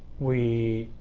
we